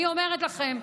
אני אומרת לכם,